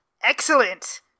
excellent